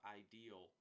ideal